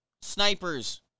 snipers